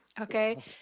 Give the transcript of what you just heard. Okay